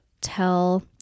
tell